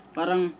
parang